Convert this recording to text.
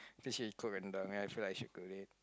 think she cook rendang then I feel like she cooked it